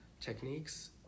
techniques